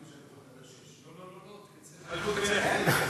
כבוד השר,